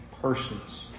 persons